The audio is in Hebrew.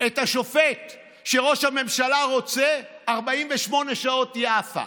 את השופט שראש הממשלה רוצה, 48 שעות והיא עפה.